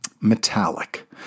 metallic